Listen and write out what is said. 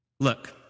Look